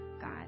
God